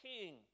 king